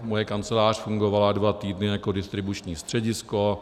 Moje kancelář fungovala dva týdny jako distribuční středisko.